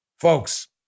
Folks